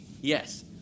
Yes